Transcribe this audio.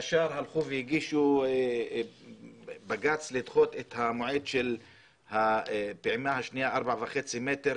וישר הגישו בג"ץ לדחות את המועד של הפעימה השנייה ל-4.5 מטר